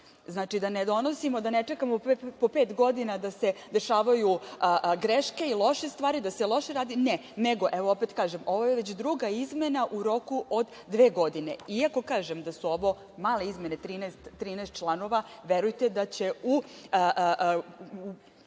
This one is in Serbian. pratimo. Znači, da ne čekamo po pet godina da se dešavaju greške i loše stvari, da se loše radi, ne, nego, opet kažem, ovo je već druga izmena u roku od dve godine. Iako kažem da su ovo male izmene, trinaest članova, verujte da će u